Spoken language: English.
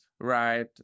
right